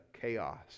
chaos